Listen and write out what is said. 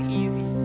easy